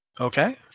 Okay